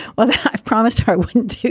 well, i've promised her wouldn't.